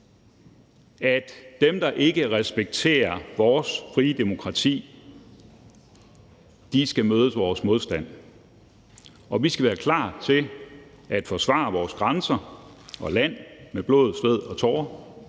at dem, der ikke respekterer vores frie demokrati, skal møde vores modstand. Vi skal være klar til at forsvare vores grænser og land med blod, sved og tårer.